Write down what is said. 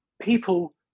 People